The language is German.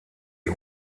sie